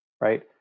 right